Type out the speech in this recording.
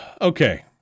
Okay